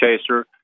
chaser